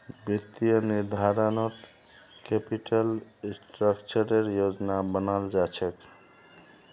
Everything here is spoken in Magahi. वित्तीय निर्धारणत कैपिटल स्ट्रक्चरेर योजना बनाल जा छेक